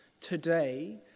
today